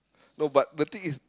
no but the thing is